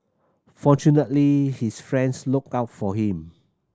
fortunately his friends looked out for him